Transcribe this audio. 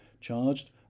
charged